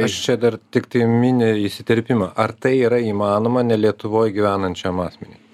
aš čia dar tiktai mini įsiterpimą ar tai yra įmanoma ne lietuvoj gyvenančiam asmeniui